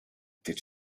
did